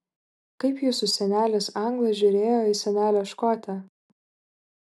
kaip jūsų senelis anglas žiūrėjo į senelę škotę